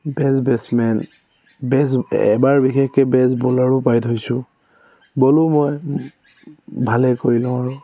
best batsmen best এবাৰ বিশেষকৈ best বলাৰো পাই থৈছোঁ বলো মই ভালে কৰি লওঁ